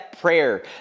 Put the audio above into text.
prayer